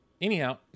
Anyhow